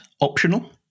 optional